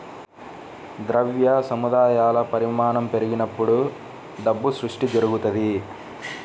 ద్రవ్య సముదాయాల పరిమాణం పెరిగినప్పుడు డబ్బు సృష్టి జరుగుతది